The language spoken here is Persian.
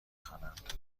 خوانند